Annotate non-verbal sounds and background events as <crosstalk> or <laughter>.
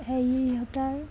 <unintelligible> সূতাৰ